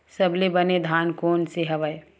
सबले बने धान कोन से हवय?